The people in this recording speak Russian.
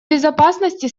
безопасности